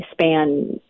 span